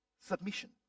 submission